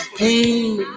pain